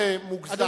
מוגזם.